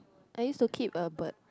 I used to keep a bird